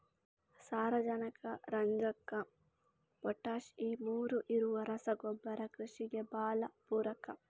ಸಾರಾಜನಕ, ರಂಜಕ, ಪೊಟಾಷ್ ಈ ಮೂರೂ ಇರುವ ರಸಗೊಬ್ಬರ ಕೃಷಿಗೆ ಭಾಳ ಪೂರಕ